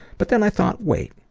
but then i thought wait,